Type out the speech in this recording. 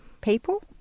People